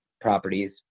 properties